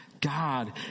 God